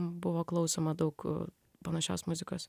buvo klausoma daug panašios muzikos